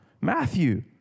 Matthew